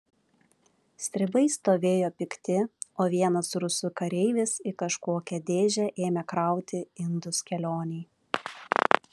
stribai stovėjo pikti o vienas rusų kareivis į kažkokią dėžę ėmė krauti indus kelionei